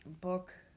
book